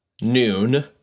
Noon